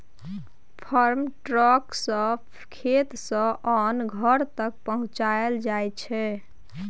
farm truck सँ खेत सँ ओन घर तक पहुँचाएल जाइ छै